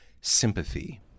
Sympathy